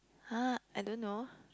!huh! I don't know